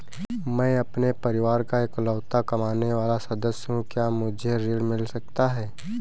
मैं अपने परिवार का इकलौता कमाने वाला सदस्य हूँ क्या मुझे ऋण मिल सकता है?